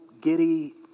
giddy